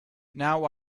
now